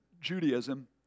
Judaism